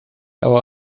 our